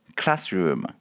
classroom